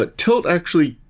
but tilt, actually,